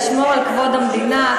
לשמור על כבוד המדינה,